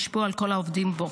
והשפיעו על כל העובדים בו,